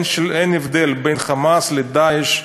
אין הבדל בין "חמאס" ל"דאעש"